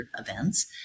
events